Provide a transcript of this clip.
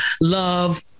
Love